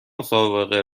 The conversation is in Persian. مسابقه